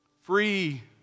Free